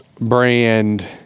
brand